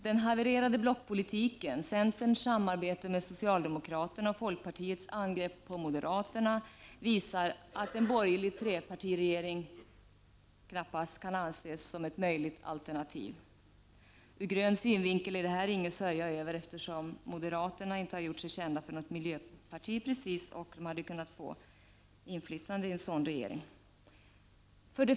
Den havererade blockpolitiken, centerns samarbete med socialdemokraterna och folkpartiets angrepp på moderaterna visar att en borgerlig trepartiregering knappast kan anses vara ett möjligt alternativ. Ur grön synvinkel är detta inget att sörja över med tanke på det inflytande moderata samlingspartiet, som inte precis har gjort sig känt för att vara något miljöparti, skulle ha kunnat få i en sådan regering.